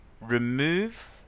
remove